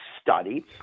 study